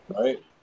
right